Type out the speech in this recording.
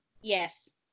Yes